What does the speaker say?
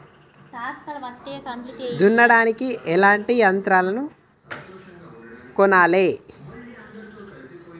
దున్నడానికి ఎట్లాంటి యంత్రాలను కొనాలే?